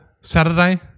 Saturday